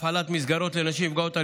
להפעלת מסגרות לנשים נפגעות אלימות,